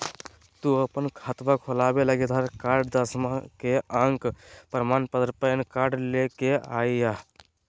तू अपन खतवा खोलवे लागी आधार कार्ड, दसवां के अक प्रमाण पत्र, पैन कार्ड ले के अइह